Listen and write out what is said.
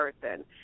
person